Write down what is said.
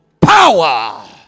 Power